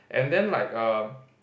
and then like uh